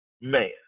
man